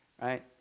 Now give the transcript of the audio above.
right